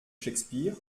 shakespeare